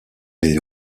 les